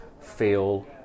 feel